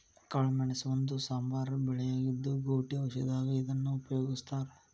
ಕಾಳಮೆಣಸ ಒಂದು ಸಾಂಬಾರ ಬೆಳೆಯಾಗಿದ್ದು, ಗೌಟಿ ಔಷಧದಾಗ ಇದನ್ನ ಉಪಯೋಗಸ್ತಾರ